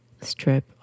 strip